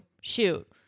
shoot